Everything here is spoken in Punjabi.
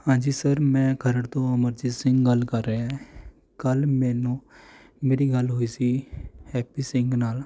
ਹਾਂਜੀ ਸਰ ਮੈਂ ਖਰੜ ਤੋਂ ਅਮਰਜੀਤ ਸਿੰਘ ਗੱਲ ਕਰ ਰਿਹਾ ਹਾਂ ਕੱਲ੍ਹ ਮੈਨੂੰ ਮੇਰੀ ਗੱਲ ਹੋਈ ਸੀ ਹੈਪੀ ਸਿੰਘ ਨਾਲ